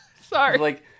Sorry